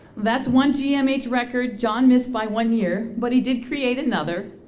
that's one gmhs record john missed by one year, but he did create another.